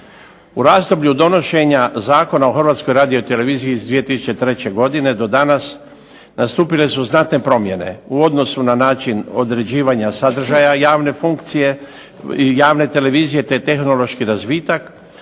U razdoblju donošenja Zakona o Hrvatskoj radioteleviziji iz 2003. godine do danas nastupile su znatne promjene u odnosu na način određivanja sadržaja javne funkcije, javne televizije, te tehnološki razvitak